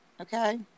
Okay